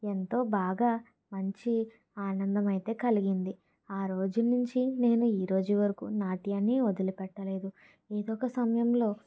ఎంతో బాగా మంచి ఆనందం అయితే కలిగింది ఆ రోజు నుంచి నేను ఈరోజు వరకు నాట్యాన్ని వదిలిపెట్టలేదు ఏదో ఒక సమయంలో